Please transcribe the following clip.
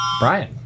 Brian